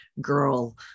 girl